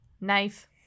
Knife